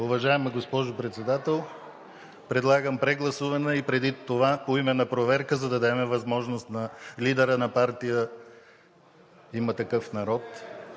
Уважаема госпожо Председател, предлагам прегласуване, а преди това поименна проверка, за да дадем възможност на лидера на партия „Има такъв народ“…